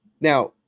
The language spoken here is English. Now